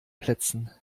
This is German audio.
plätzen